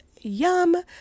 yum